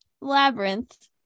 Labyrinth